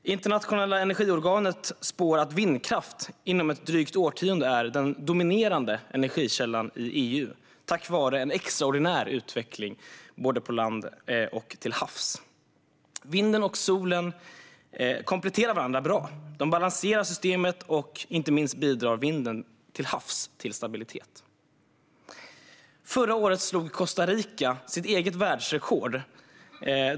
Och Internationella energirådet spår att vindkraft kommer att vara den dominerande energikällan i EU inom ett drygt årtionde, tack vare en extraordinär utveckling både på land och till havs. Vinden och solen kompletterar varandra bra. De balanserar systemet, och inte minst vinden till havs bidrar till stabilitet. Förra året slog Costa Rica sitt eget världsrekord.